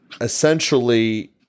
essentially